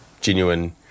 genuine